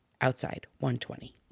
outside120